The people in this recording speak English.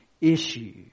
issue